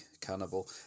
cannibal